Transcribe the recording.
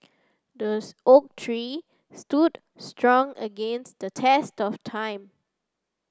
the oak tree stood strong against the test of time